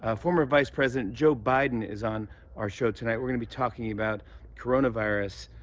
ah former vice president joe biden is on our show tonight. we're gonna be talking about coronavirus,